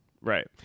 Right